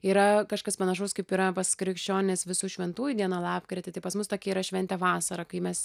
yra kažkas panašaus kaip yra pas krikščionis visų šventųjų diena lapkritį tai pas mus tokia yra šventė vasarą kai mes